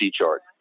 chart